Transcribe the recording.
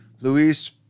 Luis